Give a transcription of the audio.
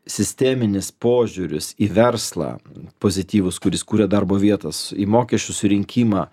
sisteminis požiūris į verslą pozityvus kuris kuria darbo vietas į mokesčių surinkimą